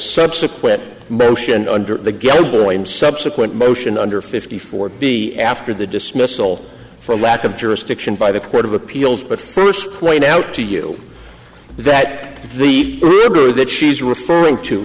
subsequent motion under the get subsequent motion under fifty four b after the dismissal for lack of jurisdiction by the court of appeals but first point out to you that the that she's referring to